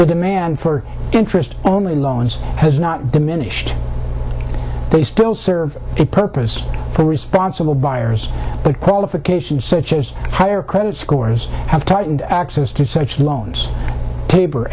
the demand for interest only loans has not diminished they still serve a purpose for responsible buyers qualifications such as higher credit scores have tightened access to such loans taber